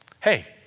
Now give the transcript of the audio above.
Hey